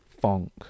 funk